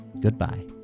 Goodbye